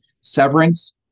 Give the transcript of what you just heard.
Severance